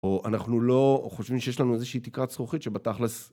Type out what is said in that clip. או אנחנו לא חושבים שיש לנו איזושהי תקרת זכוכית שבתכלס...